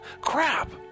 Crap